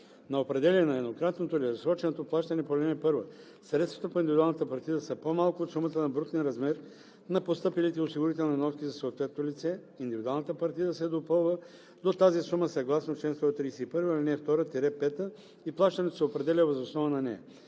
на определяне на еднократното или разсроченото плащане по ал. 1 средствата по индивидуалната партида са по-малко от сумата на брутния размер на постъпилите осигурителни вноски за съответното лице, индивидуалната партида се допълва до тази сума съгласно чл. 131, ал. 2 – 5 и плащането се определя въз основа на нея.